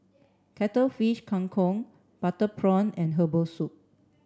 Cuttlefish Kang Kong butter prawn and herbal soup